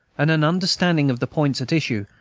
and an understanding of the points at issue,